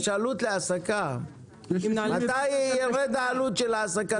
יש עלות להעסקה, מתי ירד העלות של העסקת עובד זר?